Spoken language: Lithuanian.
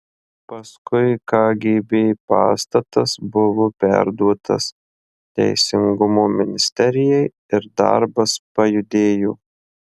paskui kgb pastatas buvo perduotas teisingumo ministerijai ir darbas pajudėjo